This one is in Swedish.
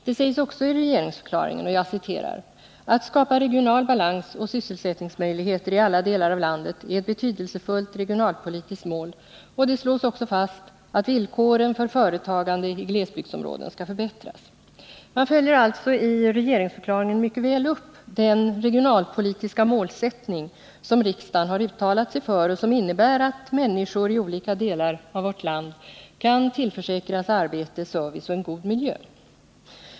Det sägs också i regeringsförklaringen: ”Att skapa regional balans och sysselsättningsmöjligheter i alla delar av landet är ett betydelsefullt fördelningspolitiskt mål.” Det slås också fast att villkoren för företagande i glesbygdsområden skall förbättras. Man följer alltså i regeringsförklaringen mycket väl upp den regionalpolitiska målsättning som riksdagen har uttalat sig för och som innebär att människor i olika delar av vårt land skall tillförsäkras arbete, service och en god miljö.